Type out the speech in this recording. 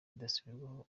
bidasubirwaho